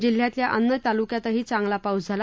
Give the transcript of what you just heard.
जिल्ह्यातल्या अन्य तालुक्यातही चांगला पाऊस झाला